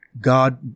God